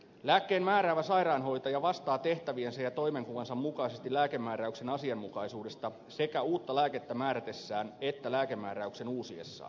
lääkkeen määräävä sairaanhoitaja vastaa tehtäviensä ja toimenkuvansa mukaisesti lääkemääräyksen asianmukaisuudesta sekä uutta lääkettä määrätessään että lääkemääräyksen uusiessaan